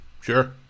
Sure